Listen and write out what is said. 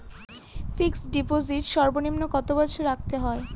Fixed deposit সর্বনিম্ন কত বছর রাখতে হয়?